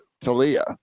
Talia